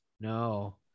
No